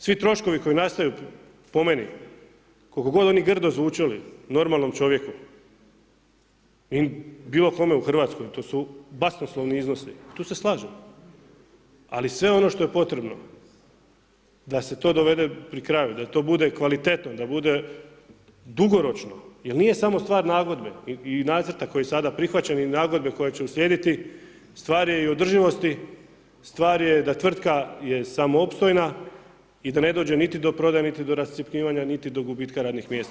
Svi troškovi koji nastaju po meni koliko god oni grdo zvučali normalnom čovjeku i bilo kome u Hrvatskoj, to su basnoslovni iznosi, tu se slažem, ali sve ono što je potrebno da se to dovede pri kraju, da to bude kvalitetno, da bude dugoročno jer nije samo stvar nagodbe i nacrta koji je sada prihvaćen i nagodbe koja će u slijediti, stvar je i održivosti, stvar je da je tvrtka samoopstojna i da ne dođe niti do prodaje, niti do rascjepkavanja niti do gubitka radnih mjesta.